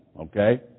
okay